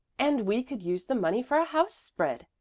and we could use the money for a house spread,